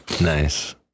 nice